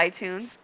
iTunes